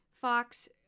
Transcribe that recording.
Fox